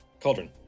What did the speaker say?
cauldron